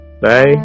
Bye